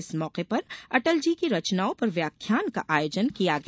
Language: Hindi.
इस मौके पर अटल जी की रचनाओं पर व्याख्यान का आयोजन किया गया